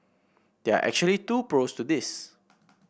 there are actually two pros to this